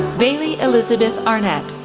bailey elizabeth arnett,